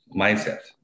mindset